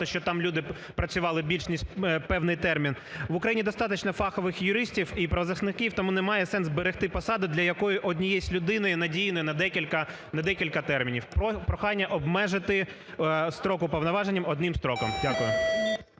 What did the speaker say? щоб там люди працювали більш ніж певний термін. В Україні достатньо фахових юристів і правозахисників, тому немає сенсу берегти посаду для якоїсь однієї людини, на дії на декілька термінів. Прохання обмежити строк уповноваженим одним строком. Дякую.